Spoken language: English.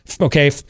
Okay